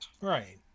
Right